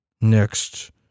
Next